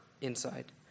inside